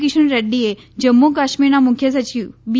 કિશન રેડ્ડીએ જમ્મુ કાશ્મીરના મુખ્ય સચિવ બી